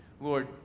Lord